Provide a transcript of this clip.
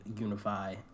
unify